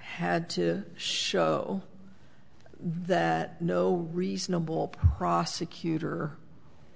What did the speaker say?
had to show that no reasonable prosecutor